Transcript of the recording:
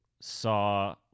saw